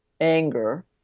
anger